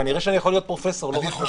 כנראה שאני יכול להיות פרופסור, לא רק רופא.